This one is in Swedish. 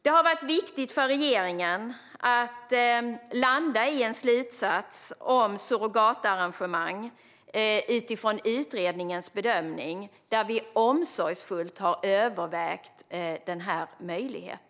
Det har varit viktigt för regeringen att utifrån utredningens bedömning landa i en slutsats om surrogatarrangemang där vi omsorgsfullt övervägt denna möjlighet.